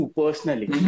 personally